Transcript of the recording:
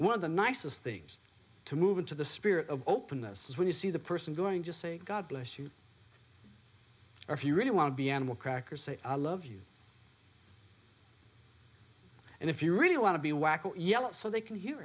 one of the nicest things to move into the spirit of openness when you see the person going to say god bless you or if you really want to be animal crackers say i love you and if you really want to be whacko yell out so they can hear